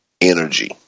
energy